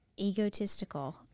egotistical